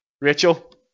Rachel